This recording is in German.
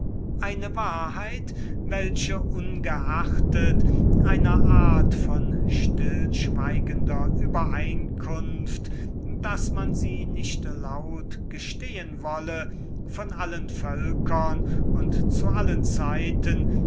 eine wahrheit welche ungeachtet einer art von stillschweigender übereinkunft daß man sie nicht laut gestehen wolle von allen völkern und zu allen zeiten